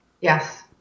Yes